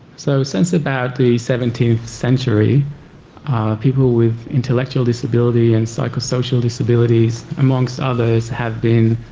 so since about the seventeenth century people with intellectual disability and psychosocial disabilities amongst others have been